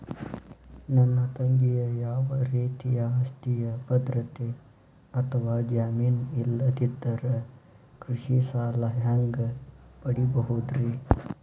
ನನ್ನ ತಂಗಿಗೆ ಯಾವ ರೇತಿಯ ಆಸ್ತಿಯ ಭದ್ರತೆ ಅಥವಾ ಜಾಮೇನ್ ಇಲ್ಲದಿದ್ದರ ಕೃಷಿ ಸಾಲಾ ಹ್ಯಾಂಗ್ ಪಡಿಬಹುದ್ರಿ?